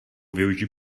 využít